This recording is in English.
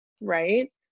right